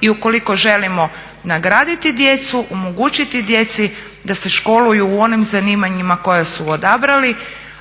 I ukoliko želimo nagraditi djecu, omogućiti djeci da se školuju u onim zanimanjima koja su odabrali